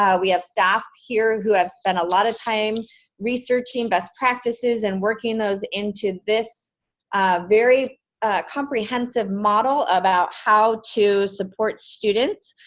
we have staff here who have spent a lot of time researching best practices and working those into this very comprehensive model about how to support students.